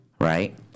right